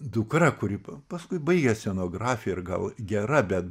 dukra kuri paskui baigė scenografiją ir gal gera bet